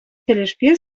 тӗлӗшпе